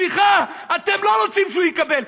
סליחה, אתם לא רוצים שהוא יקבל.